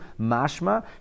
mashma